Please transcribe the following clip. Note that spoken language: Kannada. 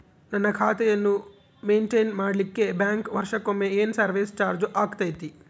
ನನ್ನ ಖಾತೆಯನ್ನು ಮೆಂಟೇನ್ ಮಾಡಿಲಿಕ್ಕೆ ಬ್ಯಾಂಕ್ ವರ್ಷಕೊಮ್ಮೆ ಏನು ಸರ್ವೇಸ್ ಚಾರ್ಜು ಹಾಕತೈತಿ?